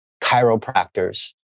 chiropractors